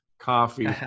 coffee